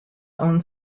own